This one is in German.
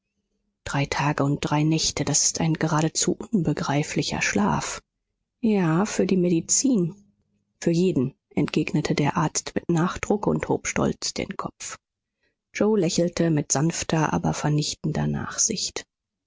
drei tage und drei nächte das ist ein geradezu unbegreiflicher schlaf ja für die medizin für jeden entgegnete der arzt mit nachdruck und hob stolz den kopf yoe lächelte mit sanfter aber vernichtender nachsicht